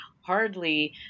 hardly